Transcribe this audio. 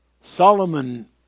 Solomon